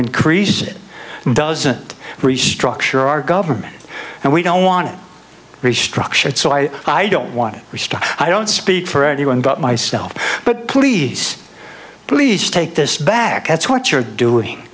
increase it doesn't restructure our government and we don't want it restructured so i i don't want the stuff i don't speak for anyone but myself but please please take this back as what you're doing